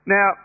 Now